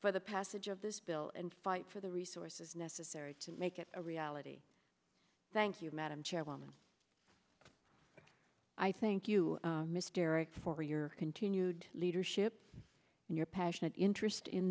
for the passage of this bill and fight for the resources necessary to make it a reality thank you madam chairwoman i thank you mr ickes for your continued leadership and your passionate interest in